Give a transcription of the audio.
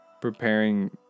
preparing